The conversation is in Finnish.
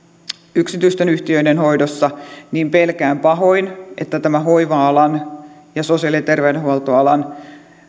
yksityisten yhtiöiden hoidossa niin pelkään pahoin että tämä hoiva alan ja sosiaali ja terveydenhuoltoalan